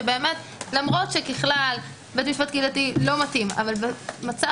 שבאמת למרות שככלל בית משפט קהילתי לא מתאים אבל במצב